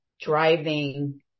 driving